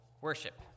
worship